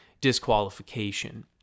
disqualification